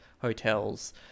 hotels